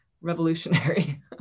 revolutionary